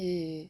ya ya ya